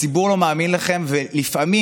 הציבור לא מאמין לכם ולפעמים,